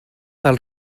del